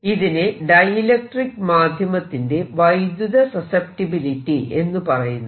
ഇതിനെ ഡൈഇലക്ട്രിക്ക് മാധ്യമത്തിന്റെ വൈദ്യുത സസെപ്റ്റിബിലിറ്റി എന്ന് പറയുന്നു